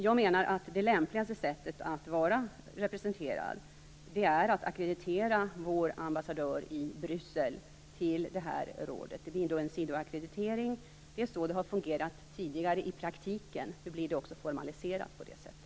Jag menar att det lämpligaste sättet att vara representerad är att ackreditera vår ambassadör i Bryssel till rådet. Det blir en sidoackreditering. Det är så det i praktiken har fungerat tidigare. Då blir det också formaliserat på det sättet.